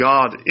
God